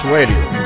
Radio